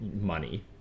money